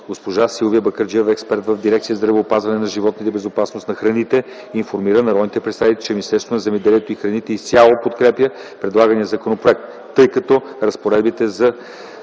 Госпожа Силвия Бакърджиева – експерт в дирекция „Здравеопазване на животните и безопасност на храните”, информира народните представители, че Министерството на земеделието и храните изцяло подкрепя предлагания законопроект, тъй като разпоредбите са